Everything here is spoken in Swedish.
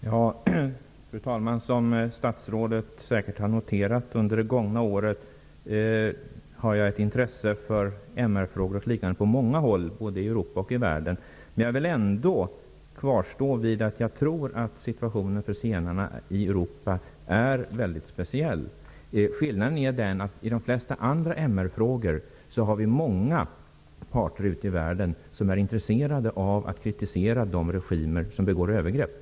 Fru talman! Som statsrådet säkert har noterat under det gångna året har jag ett intresse för MR frågor och liknande frågor på många håll både i Europa och i övriga världen. Men jag vill ändå kvarstå vid att jag tror att situationen för zigenarna i Europa är väldigt speciell. Skillnaden är den att det i de flesta andra MR-frågor finns många parter ute i världen som är intresserade av att kritisera de regimer som begår övergrepp.